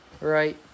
Right